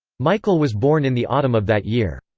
michael was born in the autumn of that year.